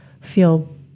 feel